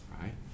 Right